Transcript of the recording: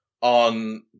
on